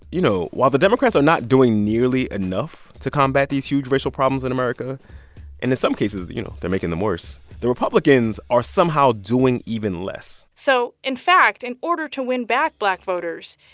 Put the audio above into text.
you know, while the democrats are not doing nearly enough to combat these huge racial problems in america and, in some cases, you know, they're making them worse, the republicans are somehow doing even less so, in fact, in order to win back black voters,